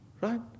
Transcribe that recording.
right